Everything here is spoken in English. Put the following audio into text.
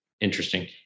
interesting